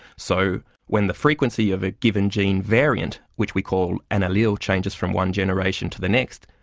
so when the frequency of a given gene variant, which we call an allele changes from one generation to the next,